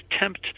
attempt